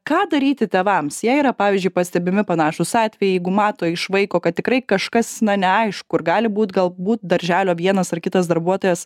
ką daryti tėvams jei yra pavyzdžiui pastebimi panašūs atvejai jeigu mato iš vaiko kad tikrai kažkas na neaišku ar gali būt galbūt darželio vienas ar kitas darbuotojas